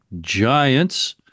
Giants